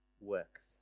works